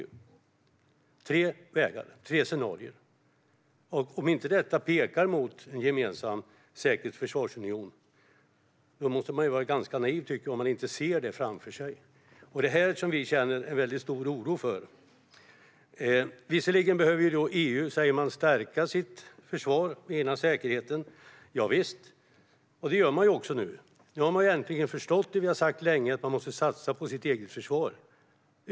Den som inte ser framför sig att detta pekar mot en gemensam säkerhets och försvarsunion måste vara ganska naiv, tycker jag. Det är det här vi känner en väldigt stor oro för. Det uttrycks att EU behöver stärka sitt försvar och sin säkerhet. Javisst! Det gör man också nu. Nu har man äntligen förstått det vi har sagt länge: att man måste satsa på sitt eget försvar.